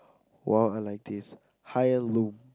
!wow! I like this higher loom